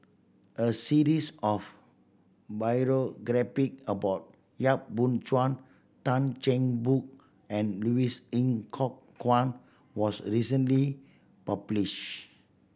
a series of about Yap Boon Chuan Tan Cheng Bock and Louis Ng Kok Kwang was recently published